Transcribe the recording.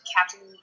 Captain